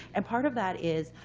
and part of that is,